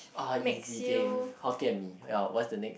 ah easy game Hokkien Mee ya what's the next